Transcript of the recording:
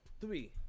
Three